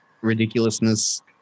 ridiculousness